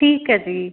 ਠੀਕ ਹੈ ਜੀ